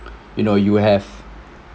you know you have